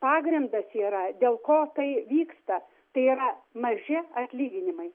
pagrindas yra dėl ko tai vyksta tai yra maži atlyginimai